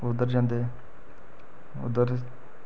उद्धर जंदे उद्धर